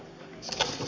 kiitos